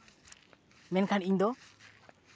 ᱢᱮᱱᱠᱷᱟᱱ ᱤᱧᱫᱚ